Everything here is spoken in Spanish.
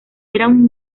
eran